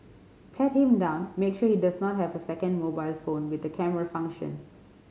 pat him down make sure he does not have a second mobile phone with a camera function